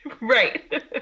Right